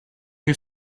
you